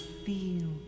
feel